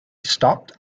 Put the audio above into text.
stopped